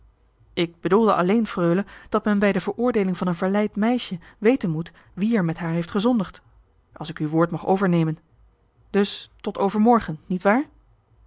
ik bedoelde alleen freule dat men bij de veroordeeling van een verleid meisje weten moet wie er met haar heeft gezondigd als ik uw woord mag overnemen dus tot overmorgen